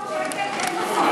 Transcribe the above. ב-2,500 שקל איפה שוכרים דירה?